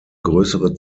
größere